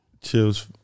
chills